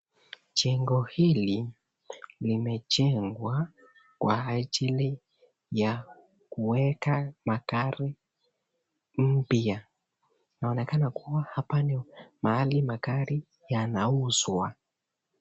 Jengo hili limejengwa kwa ajili ya kuweka magari mpya. Inaonekana kuwa hapa ni mahali magari yanauzwa.